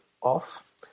off